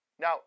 Now